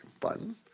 fun